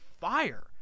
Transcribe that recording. fire